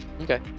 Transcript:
Okay